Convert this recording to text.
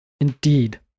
Indeed